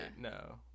no